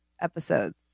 episodes